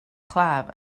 claf